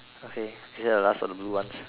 okay is that the last of the blue ones